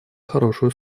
хорошую